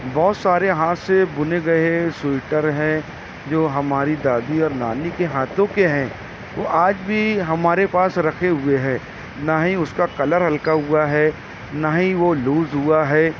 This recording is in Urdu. بہت سارے ہاتھ سے بنے گئے سوئٹر ہیں جو ہماری دادی اور نانی کے ہاتھوں کے ہیں وہ آج بھی ہمارے پاس رکھے ہوئے ہیں نا ہی اس کا کلر ہلکا ہوا ہے نا ہی وہ لوز ہوا ہے